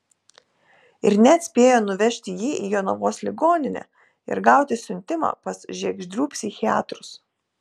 ir net spėjo nuvežti jį į jonavos ligoninę ir gauti siuntimą pas žiegždrių psichiatrus